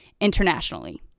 internationally